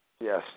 Yes